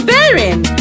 Bearing